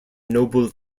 noble